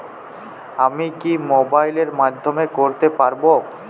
আমি কি মোবাইলের মাধ্যমে করতে পারব?